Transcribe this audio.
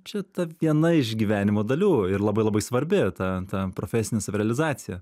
čia ta viena iš gyvenimo dalių ir labai labai svarbi e ta ta profesinė savirealizacija